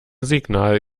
signal